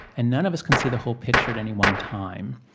and none of us can see the whole picture at any one time.